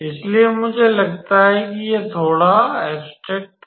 इसलिए मुझे लगता है कि यह थोड़ा सार था